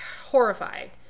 horrifying